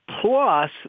plus